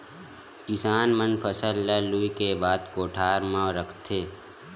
किसान मन फसल ल लूए के बाद कोठर म राखथे